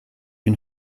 une